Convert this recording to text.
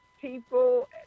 people